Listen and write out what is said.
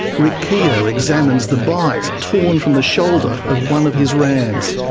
rick keogh examines the bite torn from the shoulder of one of his rams.